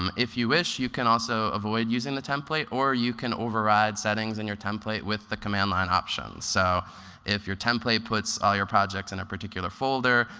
um if you wish, you can also avoid using the template or you can override settings in your template with the command line options. so if your template puts all your projects in a particular folder,